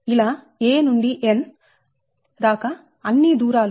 a నుండి n అన్ని దూరాలు ఈ సూత్రం లో ఉపయోగిస్తాం